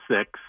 six